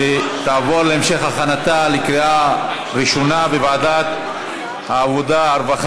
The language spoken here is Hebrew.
ותעבור להמשך הכנתה לקריאה ראשונה לוועדת העבודה,